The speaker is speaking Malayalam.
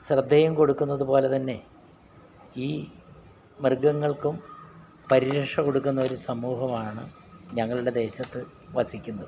ശ്രദ്ധയും കൊടുക്കുന്നത് പോലെതന്നെ ഈ മൃഗങ്ങൾക്കും പരിരക്ഷ കൊടുക്കുന്ന ഒരു സമൂഹമാണ് ഞങ്ങളുടെ ദേശത്ത് വസിക്കുന്നത്